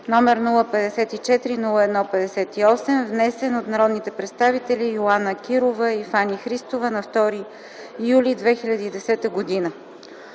№ 054-01-58, внесен от народните представители Йоана Кирова и Фани Христова на 2 юли 2010 г.